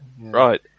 Right